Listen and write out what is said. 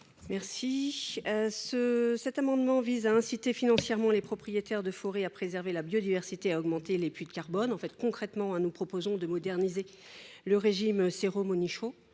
Senée. Cet amendement vise à inciter financièrement les propriétaires de forêts à préserver la biodiversité et à augmenter les puits de carbone. Concrètement, nous proposons de moderniser le régime dit